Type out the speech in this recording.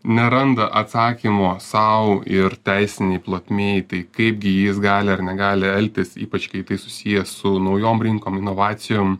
neranda atsakymo sau ir teisinėj plotmėj tai kaipgi jis gali ar negali elgtis ypač kai tai susiję su naujom rinkom inovacijom